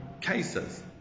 cases